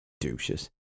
Douches